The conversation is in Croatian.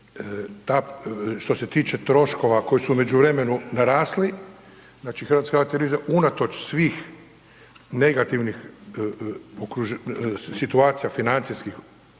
što se tiče troškova koji su u međuvremenu narasli znači HRT unatoč svih negativnih situacija financijskih